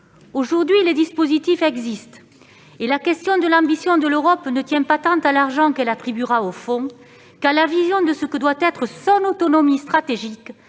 Aujourd'hui, les dispositifs existent et la question de l'ambition de l'Europe ne tient pas tant à l'argent qu'elle attribuera au Fonds qu'à la vision de ce que doit être son autonomie stratégique,